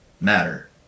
matter